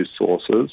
sources